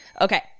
Okay